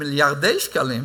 מיליארדי שקלים,